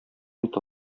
бит